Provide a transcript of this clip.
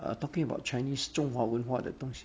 uh talking about chinese 中华文化的东西